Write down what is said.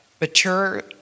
mature